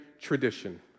tradition